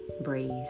breathe